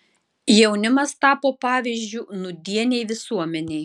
jaunimas tapo pavyzdžiu nūdienei visuomenei